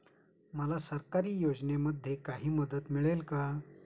मला सरकारी योजनेमध्ये काही मदत मिळेल का?